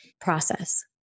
process